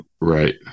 Right